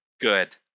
good